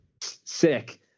sick